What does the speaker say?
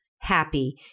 happy